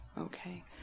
Okay